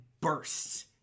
bursts